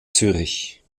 zürich